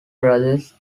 brothers